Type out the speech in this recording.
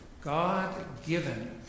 God-given